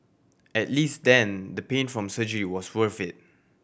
at least then the pain from surgery was worth it